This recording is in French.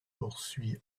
poursuit